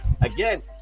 Again